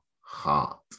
heart